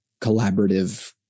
collaborative